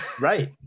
Right